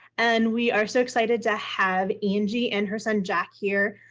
and we are so excited to have angie and her son, jack, here,